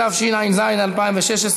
התשע"ז 2016,